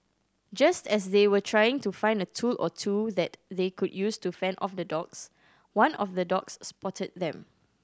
just as they were trying to find a tool or two that they could use to fend off the dogs one of the dogs spotted them